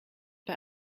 bei